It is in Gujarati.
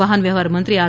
વાહનવ્યવહાર મંત્રી આર